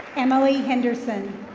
emily henderson.